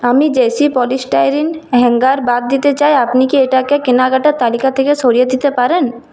আমি JC polystyrene hanger বাদ দিতে চাই আপনি কি এটাকে কেনাকাটার তালিকা থেকে সরিয়ে দিতে পারেন